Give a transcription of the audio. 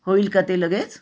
होईल का ते लगेच